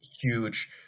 huge